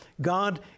God